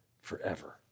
forever